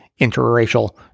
interracial